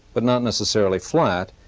but not necessarily flat,